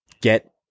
get